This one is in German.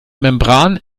membran